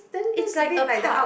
it's like a pub